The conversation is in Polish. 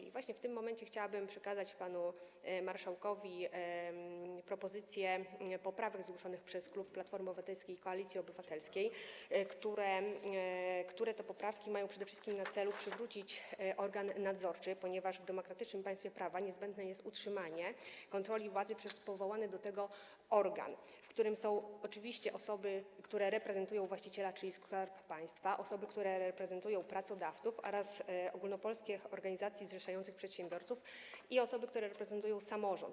I właśnie w tym momencie chciałabym przekazać pan marszałkowi propozycję dotyczącą poprawek zgłoszonych przez klub Platformy Obywatelskiej - Koalicji Obywatelskiej, które mają przede wszystkim na celu przywrócić organ nadzorczy, ponieważ w demokratycznym państwie prawa niezbędne jest utrzymanie kontroli władzy przez powołany do tego organ, w którym są oczywiście osoby, które reprezentują właściciela, czyli Skarb Państwa, osoby, które reprezentują pracodawców oraz ogólnopolskie organizacje zrzeszające przedsiębiorców, i osoby, które reprezentują samorząd.